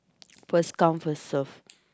first come first serve